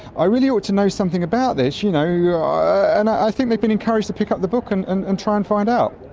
i really ought to know something about this you know yeah and i think they've been encouraged to pick up the book and and and try and find out.